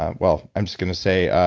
ah well, i'm just going to say